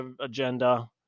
agenda